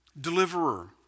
deliverer